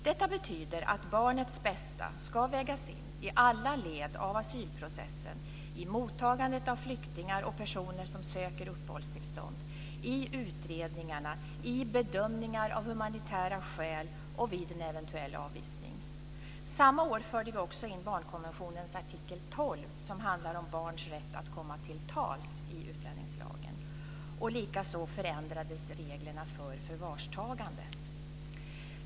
Detta betyder att barnets bästa ska vägas in i alla led av asylprocessen, i mottagandet av flyktingar och personer som söker uppehållstillstånd, i utredningarna, i bedömningar av humanitära skäl och vid en eventuell avvisning. Samma år förde vi också in barnkonventionens artikel 12, som handlar om barns rätt att komma till tals, i utlänningslagen. Likaså förändrades reglerna för förvarstagande.